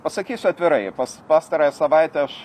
pasakysiu atvirai pas pastarąją savaitę aš